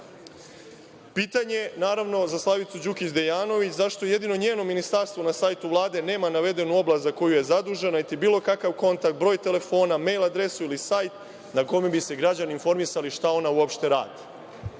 trenutku. Pitanje, naravno, za Slavicu Đukić Dejanović, zašto jedino njeno Ministarstvo na sajtu Vlade nema navedenu oblast za koju je zadužena, niti bilo kakav kontakt, broj telefona, mejl adresu ili sajt, na kome bi se građani informisali šta ona uopšte radi?I